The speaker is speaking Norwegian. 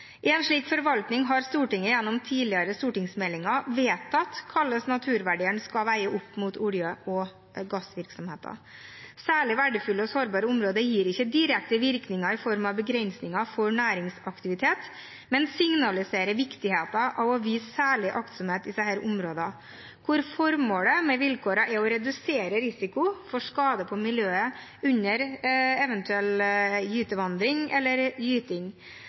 har gjennom tidligere behandling av stortingsmeldinger vedtatt hvordan naturverdiene skal veies opp mot olje- og gassvirksomhet. Særlig verdifulle og sårbare områder gir ikke direkte virkninger i form av begrensninger for næringsaktivitet, men signaliserer viktigheten av å vise særlig aktsomhet i disse områdene. Formålet med vilkårene er å redusere risiko for skade på miljøet under eventuell gytevandring eller gyting,